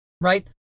right